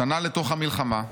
"שנה לתוך המלחמה,